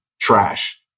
trash